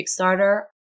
Kickstarter